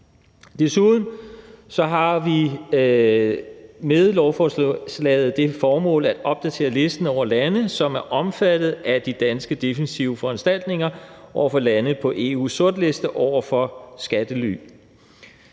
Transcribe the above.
Desuden har lovforslaget til formål at opdatere listen over lande, som er omfattet af de danske defensive foranstaltninger over for lande på EU's sortliste over skattely.